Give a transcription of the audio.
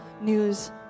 news